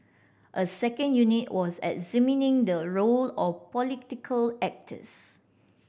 a second unit was examining the role of political actors